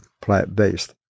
plant-based